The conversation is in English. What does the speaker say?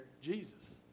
Jesus